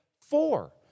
Four